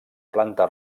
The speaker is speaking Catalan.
planta